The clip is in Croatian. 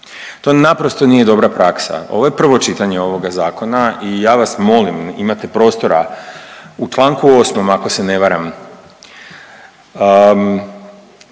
To naprosto nije dobra praksa. Ovo je prvo čitanje ovoga zakona i ja vas molim, imate prostora u članku 8. ako se ne varam